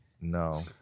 No